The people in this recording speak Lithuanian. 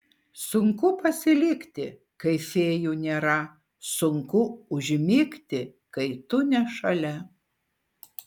sunku pasilikti kai fėjų nėra sunku užmigti kai tu ne šalia